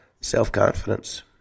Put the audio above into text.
self-confidence